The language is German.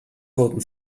wurden